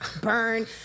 burn